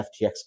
FTX